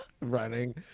running